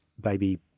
baby